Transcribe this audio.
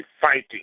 fighting